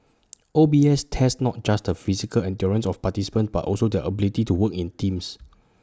O B S tests not just the physical endurance of participants but also their ability to work in teams